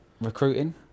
recruiting